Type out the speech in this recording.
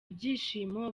ibyishimo